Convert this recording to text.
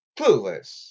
Clueless